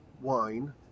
wine